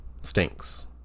Stinks